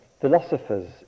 philosophers